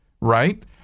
right